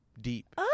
deep